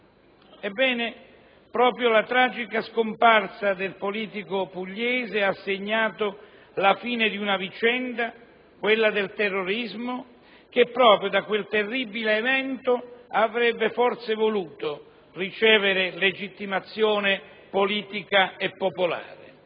Ebbene, proprio la tragica scomparsa del politico pugliese ha segnato la fine di una vicenda, quella del terrorismo, che proprio da quel terribile evento avrebbe forse voluto ricevere legittimazione politica e popolare.